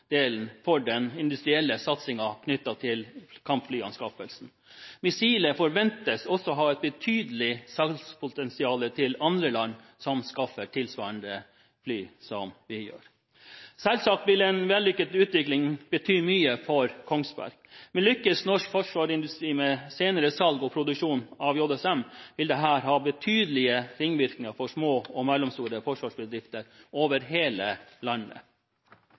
for den industrielle satsingen knyttet til kampflyanskaffelsen. Missilet forventes også å ha et betydelig salgspotensial til andre land som anskaffer tilsvarende fly som oss. Selvsagt vil en vellykket utvikling bety mye for Kongsberg, men lykkes norsk forsvarsindustri med senere salg og produksjon av JSM, vil dette ha betydelige ringvirkninger for små og mellomstore forsvarsbedrifter over hele landet.